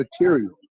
material